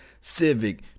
Civic